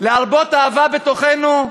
להרבות אהבה בתוכנו,